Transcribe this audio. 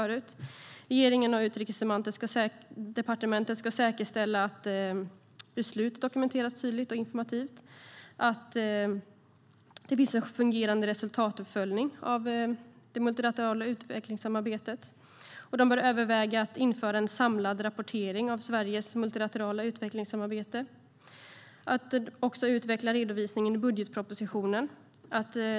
Regeringen och Utrikesdepartementet bör säkerställa att beslut dokumenteras tydligt och informativt. Regeringen och Utrikesdepartementet bör säkerställa en fungerande resultatuppföljning av det multilaterala utvecklingssamarbetet. Regeringen bör överväga att införa en samlad rapportering av Sveriges multilaterala utvecklingssamarbete. Regeringen bör utveckla redovisningen i budgetpropositionen.